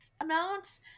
amount